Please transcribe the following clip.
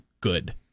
good